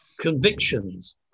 convictions